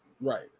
Right